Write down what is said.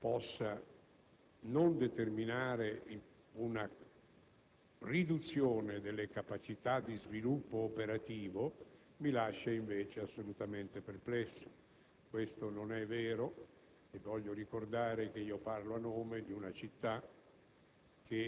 possa non determinare una riduzione delle capacità di sviluppo operativo mi lascia invece assolutamente perplesso: questo non è vero, e voglio ricordare che parlo a nome di una città